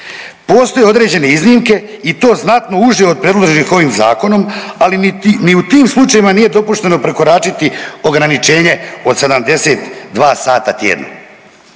Postoje određene iznimke i to znato uže od predloženih ovim zakonom, ali ni u tim slučajevima nije dopušteno prekoračiti ograničenje od 72 sata tjedno.